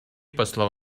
послов